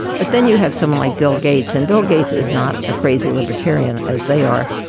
but then you have someone like bill gates. and bill gates is not a crazy libertarian as they are.